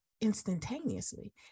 instantaneously